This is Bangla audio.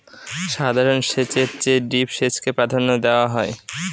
সাধারণ সেচের চেয়ে ড্রিপ সেচকে প্রাধান্য দেওয়া হয়